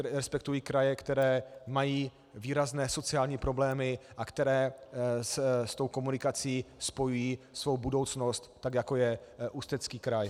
Respektují kraje, které mají výrazné sociální problémy a které s tou komunikací spojují svou budoucnost, tak jako je Ústecký kraj.